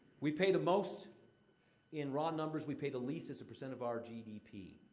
we pay the most in raw numbers. we pay the least as a percent of our g d p.